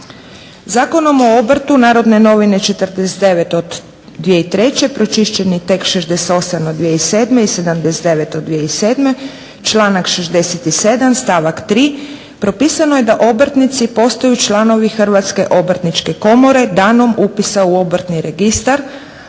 Zakonom o obrtu Narodne novine 49/2003 pročišćeni tekst 68 od 2007. i 79 od 2007. članak 67. stavak 3. propisano je da obrtnici postaju članovi Hrvatske obrtničke komore danom upisa u obrtni registar,